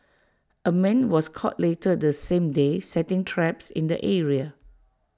A man was caught later the same day setting traps in the area